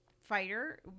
fighter